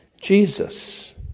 Jesus